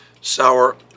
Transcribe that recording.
sour